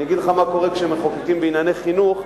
אני אגיד לך מה קורה כשמחוקקים בענייני חינוך.